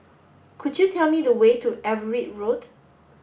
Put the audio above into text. could you tell me the way to Everitt Road